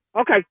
okay